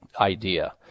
idea